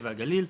הנגב והגליל,